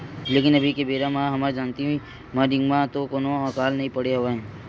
लेकिन अभी के बेरा म हमर जानती म निमगा तो कोनो अकाल नइ पड़े हवय